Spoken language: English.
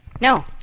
No